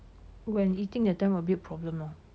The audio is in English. when eating that time a bit problem lor